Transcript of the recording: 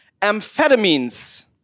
amphetamines